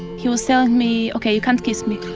he was telling me, ok, you can't kiss me,